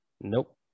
Nope